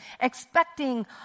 expecting